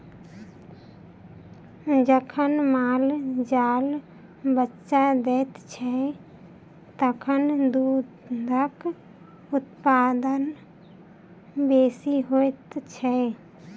जखन माल जाल बच्चा दैत छै, तखन दूधक उत्पादन बेसी होइत छै